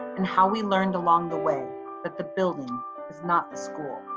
and how we learned along the way that the building is not the school.